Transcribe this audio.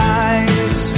eyes